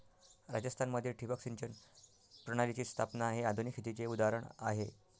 राजस्थान मध्ये ठिबक सिंचन प्रणालीची स्थापना हे आधुनिक शेतीचे उदाहरण आहे